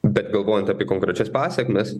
bet galvojant apie konkrečias pasekmes